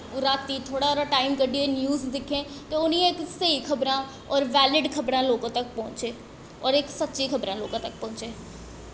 रातीं थोह्ड़ा हारा टाईम कड्ढ़ियै न्यूज़ दिक्खन होर उ'नें गी स्हेई खबरां होर बैलिड़ खबरां लोकें तक पुजन होर इक सच्ची खबरां लोकें तक्कर पुजन